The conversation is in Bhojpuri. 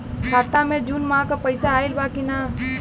खाता मे जून माह क पैसा आईल बा की ना?